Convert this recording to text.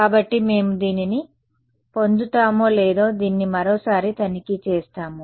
కాబట్టి మేము దీనిని పొందుతామో లేదో దీన్ని మరోసారి తనిఖీ చేస్తాము